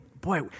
boy